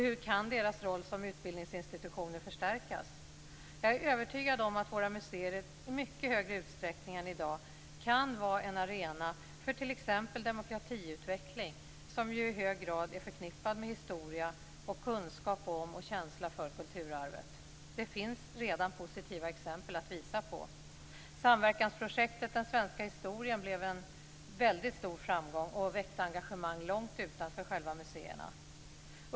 Hur kan deras roll som utbildningsinstitutioner förstärkas? Jag är övertygad om att våra museer i mycket högre utsträckning än i dag kan vara en arena för t.ex. demokratiutveckling, något som ju i hög grad är förknippat med historia och med kunskap om och känsla för kulturarvet. Det finns redan positiva exempel att visa på. Samverkansprojektet Den svenska historien blev en väldigt stor framgång och väckte engagemang långt utanför själva museerna.